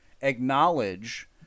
acknowledge